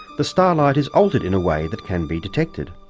the starlight is altered in a way that can be detected.